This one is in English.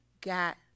got